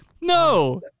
No